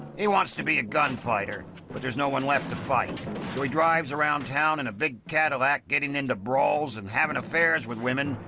he wants to be a gunfighter but there is no-one left to fight so he drives around town in a big cadillac getting into brawls and having affairs with women,